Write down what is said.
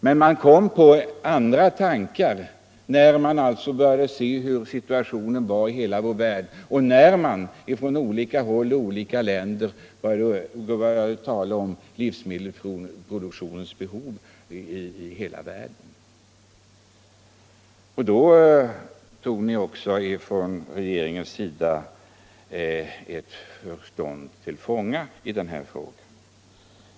Men man kom på andra tankar när man började se på världssituationen och när det från olika länder började talas om behovet av en större livsmedelsproduktion i hela världen. Då tog också regeringen sitt förnuft till fånga.